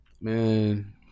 man